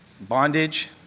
bondage